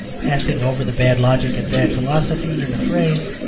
passing over the bad logic and bad philosophy in the phrase,